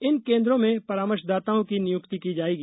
इन केन्द्रों में परामर्शदाताओं की नियुक्ति की जायेगी